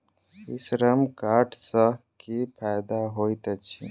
ई श्रम कार्ड सँ की फायदा होइत अछि?